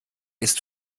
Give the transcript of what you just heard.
ist